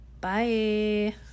Bye